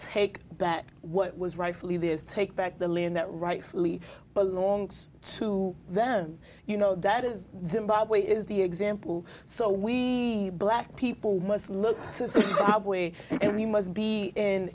stake that what was rightfully theirs take back the land that rightfully belongs to them you know that is zimbabwe is the example so we black people must look and we must be in